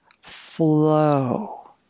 flow